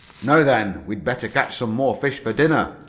now then, we'd better catch some more fish for dinner,